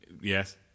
Yes